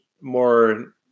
more